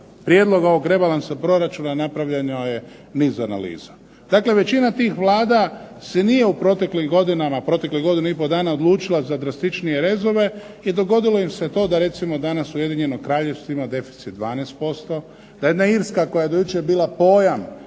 prijedloga ovog rebalansa proračuna napravljeno je niz analiza. Dakle, većina tih vlada se nije u proteklim godinama, proteklih godinu i pol dana odlučila za drastičnije rezove i dogodilo im se to da recimo danas Ujedinjeno kraljevstvo ima deficit 12%, da jedna Irska koja je do jučer bila pojam